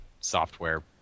software